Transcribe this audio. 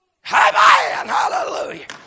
Hallelujah